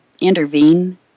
intervene